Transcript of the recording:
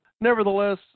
Nevertheless